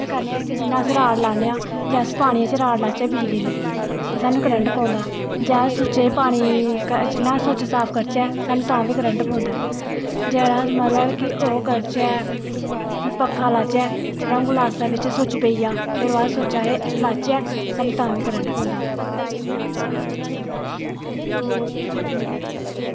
इयां करने आं कि जियां अस राड़ लान्ने आं जे अस राड लाच्चै बिजली दी ते साह्न करंट पौंदा जे अस सुच्च साफ करचै साह्नू तां बी करं'ट' पौंदा ऐ जे अस मतलव कि ओह् करचै पक्खा लाच्चै कदैं गलासै बिच्च सुच्च पेई जा फिर ओह् सुच्च अस लाच्चै साह्नू तां बी करंट पौंदा